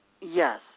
Yes